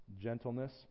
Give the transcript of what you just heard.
gentleness